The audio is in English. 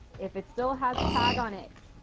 if it still has a tag on it,